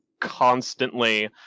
constantly